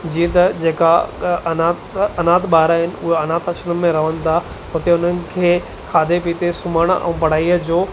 जीअं त जेका अनाथ ॿार आहिनि उहे अनाथ आश्रम में रहनि था हुते उन्हनि खे खाधे पीते सुम्हण ऐं पढ़ाईअ जो